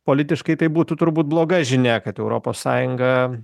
politiškai tai būtų turbūt bloga žinia kad europos sąjunga